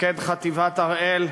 מפקד חטיבת הראל,